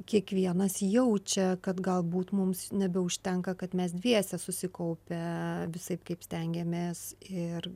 kiekvienas jaučia kad galbūt mums nebeužtenka kad mes dviese susikaupę visaip kaip stengiamės ir